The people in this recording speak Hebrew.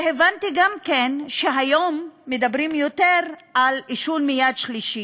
והבנתי גם שהיום מדברים יותר על עישון מיד שלישית,